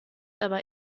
aber